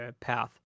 path